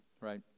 right